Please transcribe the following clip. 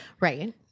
right